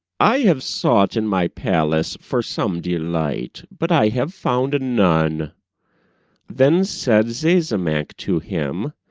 i have sought in my palace for some delight, but i have found none then said zazamankh to him,